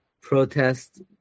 protest